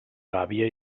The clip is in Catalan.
gàbia